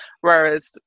Whereas